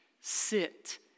Sit